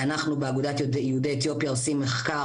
אנחנו באגודת יהודי אתיופיה עושים מחקר